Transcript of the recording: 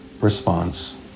response